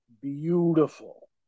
beautiful